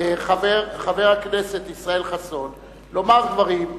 חבר הכנסת ישראל חסון לומר דברים.